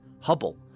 Hubble